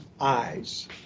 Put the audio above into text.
eyes